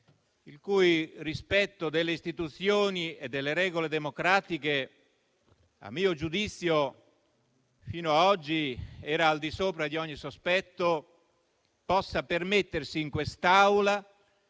il cui rispetto delle istituzioni e delle regole democratiche - a mio giudizio - fino ad oggi era al di sopra di ogni sospetto, possa permettersi in questa